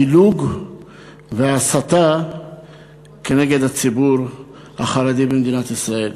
הפילוג וההסתה נגד הציבור החרדי במדינת ישראל.